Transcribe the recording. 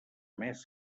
mes